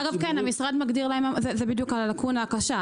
אגב, כן, זאת הלקונה הקשה.